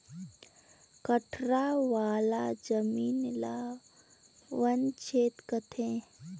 कठरा वाला जमीन ल बन छेत्र कहथें